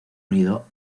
unido